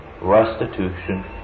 restitution